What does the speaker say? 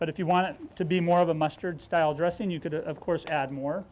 but if you want it to be more of a mustard style dressing you could of course add more